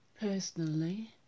Personally